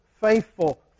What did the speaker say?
faithful